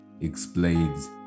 explains